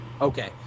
Okay